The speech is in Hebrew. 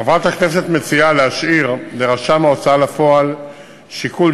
חברת הכנסת מציעה להשאיר לרשם ההוצאה לפועל שיקול